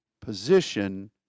position